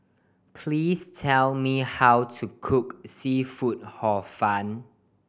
please tell me how to cook seafood Hor Fun